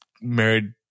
married